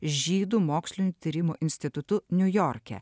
žydų mokslinių tyrimų institutu niujorke